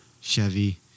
Chevy